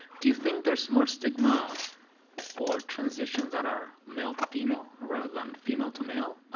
do you think there's more stigma for transitions that are male to female, rather than female to male?